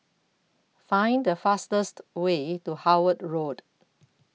Find The fastest Way to Howard Road